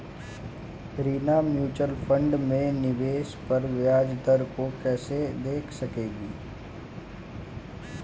Reena mutual fund में निवेश पर ब्याज दर को कैसे देख सकेगी?